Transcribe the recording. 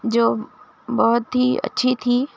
جو بہت ہی اچّھی تھی